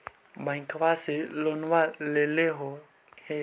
बैंकवा से लोनवा लेलहो हे?